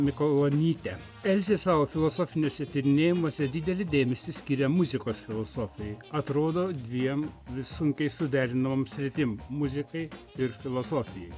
mikalonytė elzė savo filosofiniuose tyrinėjimuose didelį dėmesį skiria muzikos filosofijai atrodo dviem sunkiai suderinamom sritim muzikai ir filosofijai